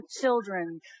children